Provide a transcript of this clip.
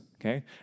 okay